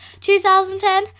2010